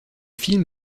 film